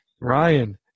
Ryan